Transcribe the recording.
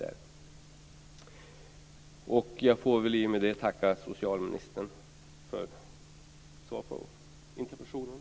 I och med detta får jag väl tacka socialministern för svaret på min interpellation.